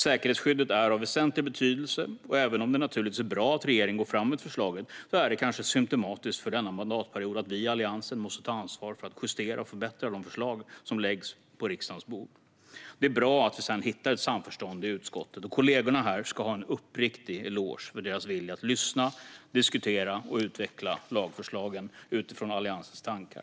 Säkerhetsskyddet är av väsentlig betydelse, och även om det naturligtvis är bra att regeringen går fram med förslaget är det kanske symtomatiskt för denna mandatperiod att vi i Alliansen måste ta ansvar för att justera och förbättra de förslag som läggs på riksdagens bord. Det är bra att vi hittat ett samförstånd i utskottet, och kollegorna här ska ha en uppriktig eloge för sin vilja att lyssna, diskutera och utveckla lagförslagen utifrån Alliansens tankar.